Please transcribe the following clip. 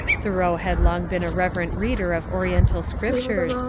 tboreau had long been a reverent reader of ori ental scriptures,